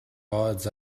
odds